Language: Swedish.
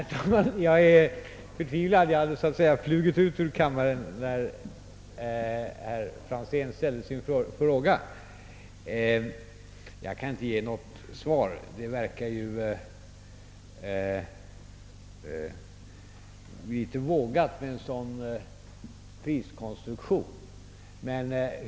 Herr talman! Jag är förtvivlad, jag " skämt detta. hade så att säga flugit ut ur kammaren när herr Franzén i Träkumla ställde sin fråga. Jag kan inte ge något svar. Det verkar litet vågat med en sådan priskonstruktion som herr Franzén talade om.